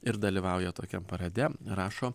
ir dalyvauja tokiam parade rašo